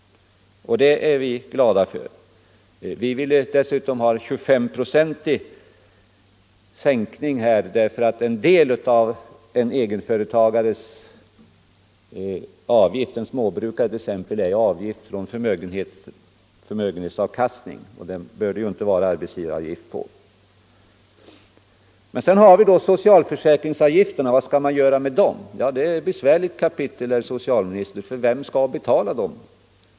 Det är vi glada för. Vi ville dessutom ha en 25-procentig sänkning, därför att en del av en egen företagares avgift — t.ex. en småbrukares — gäller förmögenhetsavkastning, och den skall man inte behöva betala arbetsgivaravgift på. Vad skall man då göra med socialförsäkringsavgifterna? Det är ett besvärligt kapitel, herr socialminister. Vem skall betala dem?